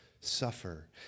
suffer